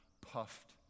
puffed